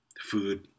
food